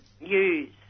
use